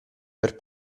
per